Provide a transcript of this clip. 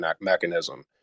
mechanism